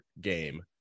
game